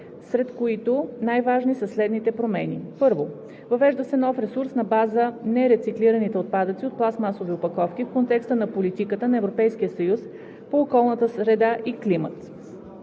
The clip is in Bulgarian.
сред които най-важни са следните промени: 1) въвежда се нов ресурс на база нерециклираните отпадъци от пластмасови опаковки в контекста на политиката на Европейския съюз по околна среда и климат.